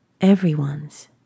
everyone's